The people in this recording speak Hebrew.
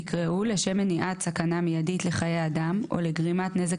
יקראו "לשם מניעת סכנה מיידית לחיי אדם או לגרימת נזק